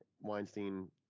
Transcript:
Weinstein